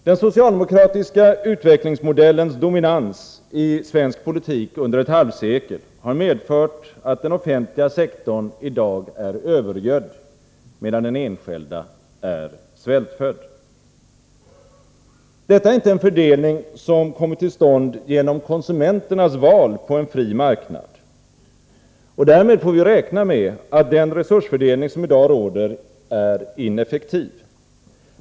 Den socialdemokratiska utvecklingsmodellens dominans i svensk politik under ett halvsekel har medfört att den offentliga sektorn i dag är övergödd, medan den enskilda är svältfödd. Detta är inte en fördelning som kommit till stånd genom konsumenternas val på en fri marknad. Därmed får vi räkna med att den resursfördelning som i dag råder är ineffektiv.